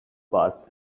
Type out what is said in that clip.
bus